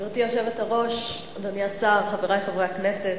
גברתי היושבת-ראש, אדוני השר, חברי חברי הכנסת,